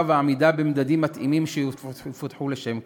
ולעמידה במדדים מתאימים שיפותחו לשם כך.